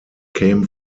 came